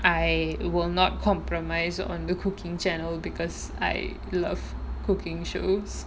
I will not compromise on the cooking channel because I love cooking shows